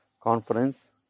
conference